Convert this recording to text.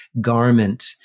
garment